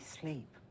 sleep